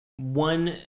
One